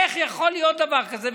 איך יכול להיות דבר כזה,